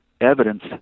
evidence